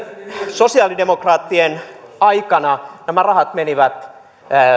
sosialidemokraattien aikana nämä rahat menivät